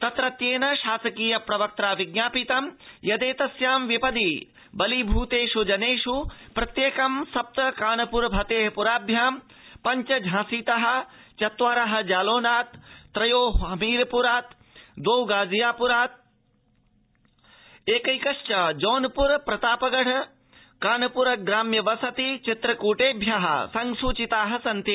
तत्रत्येन शासकीय प्रवक्त्रा ज्ञापितं यदेतस्यां विपदि बलीभूतेष् जनेष् प्रत्येकं सप्त कानप्र फतेहपुराभ्यां पब्च झांसीत चत्वार जालोनात् त्रयो हमीरपुरात् द्वौ गाज़ीपुरात् एकैकश्च जौनपुर प्रतापगढ कानपुरग्राम्यवसति चित्रकूटेभ्य संसूचिता सन्ति